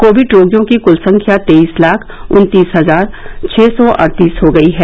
Covid रोगियों की कुल संख्या तेईस लाख उन्तीस हजार छः सौ अड़तीस हो गई है